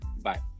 Bye